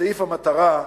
בסעיף המטרה,